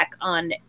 on